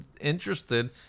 interested